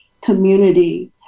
community